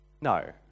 No